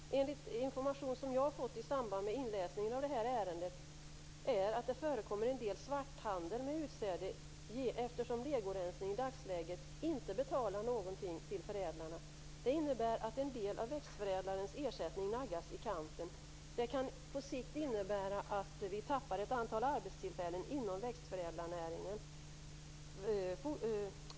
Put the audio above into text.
Enligt den information som jag har fått i samband med inläsning av detta ärende förekommer det en del svarthandel med utsäde, eftersom legoresning i dagsläget inte ger någon betalning till förädlarna. Det innebär att en del av växtförädlarnas ersättning naggas i kanten. Och det kan på sikt innebära att vi tappar ett antal arbetstillfällen inom växtförädlarnäringen.